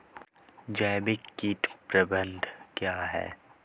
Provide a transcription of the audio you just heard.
जैविक कीट प्रबंधन क्या है?